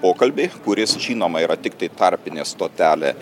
pokalbį kuris žinoma yra tiktai tarpinė stotelė